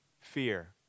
fear